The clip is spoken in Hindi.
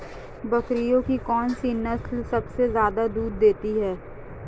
बकरियों की कौन सी नस्ल सबसे ज्यादा दूध देती है?